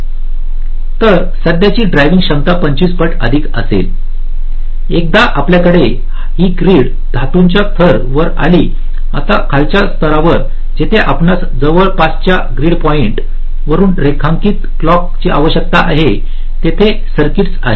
तर सध्याची ड्रायव्हिंग क्षमता 25 पट अधिक असेल एकदा आपल्याकडे ही ग्रीड धातूच्या थर वर आलीआता खालच्या स्तरावर जिथे आपणास जवळपासच्या ग्रीड पॉईंट वरुन रेखांकित क्लॉक ची आवश्यकता आहे तेथे सर्किटस आहेत